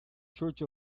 church